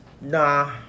nah